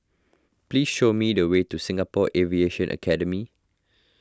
please show me the way to Singapore Aviation Academy